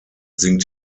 sinkt